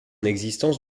existence